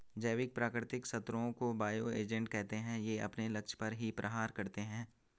जैविक प्राकृतिक शत्रुओं को बायो एजेंट कहते है ये अपने लक्ष्य पर ही प्रहार करते है